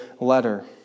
letter